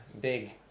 Big